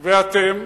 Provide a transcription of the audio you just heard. ואתם,